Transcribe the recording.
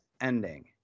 ending